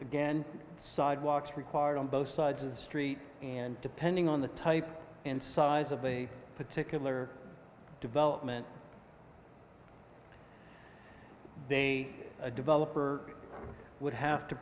again sidewalks required on both sides of the street and depending on the type and size of a particular development they a developer would have to